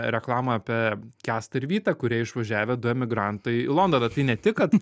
reklamą apie kęstą ir vytą kurie išvažiavę du emigrantai į londoną tai ne tik kad